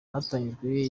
hatangijwe